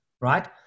right